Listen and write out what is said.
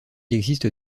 existe